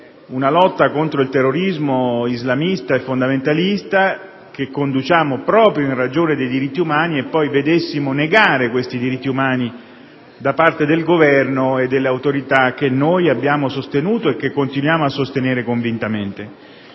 una lotta contro il terrorismo islamista e fondamentalista che conduciamo proprio in ragione dei diritti umani e poi vedessimo negare questi stessi diritti umani da parte del Governo e delle autorità che abbiamo sostenuto e che continuiamo a sostenere convintamente.